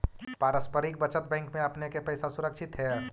पारस्परिक बचत बैंक में आपने के पैसा सुरक्षित हेअ